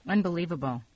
Unbelievable